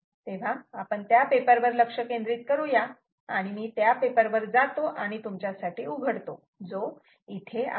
तेव्हा आपण त्या पेपर वर लक्ष केंद्रित करू या आणि मी त्या पेपर वर जातो आणि तुमच्यासाठी उघडतो जो इथे आहे